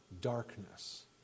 darkness